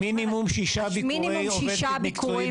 מינימום ששה ביקורי עובד מקצועי